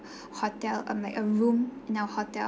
hotel um like a room in our hotel